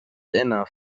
enough